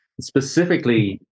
specifically